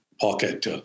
pocket